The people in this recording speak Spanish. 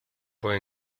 fue